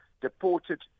deported